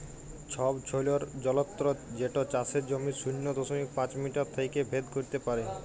ছবছৈলর যলত্র যেট চাষের জমির শূন্য দশমিক পাঁচ মিটার থ্যাইকে ভেদ ক্যইরতে পারে